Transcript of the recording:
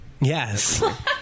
Yes